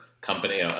company